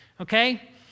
okay